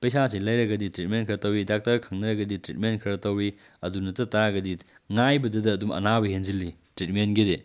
ꯄꯩꯁꯥꯁꯤ ꯂꯩꯔꯒꯗꯤ ꯇ꯭ꯔꯤꯠꯃꯦꯟ ꯈꯔ ꯇꯧꯏ ꯗꯥꯛꯇꯔ ꯈꯪꯅꯔꯒꯗꯤ ꯇ꯭ꯔꯤꯠꯃꯦꯟ ꯈꯔ ꯇꯧꯏ ꯑꯗꯨ ꯅꯠꯇ ꯇꯥꯔꯒꯗꯤ ꯉꯥꯏꯕꯗꯨꯗ ꯑꯗꯨꯝ ꯑꯅꯥꯕ ꯍꯦꯟꯖꯤꯜꯂꯤ ꯇ꯭ꯔꯤꯠꯃꯦꯟꯒꯤꯗꯤ